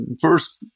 first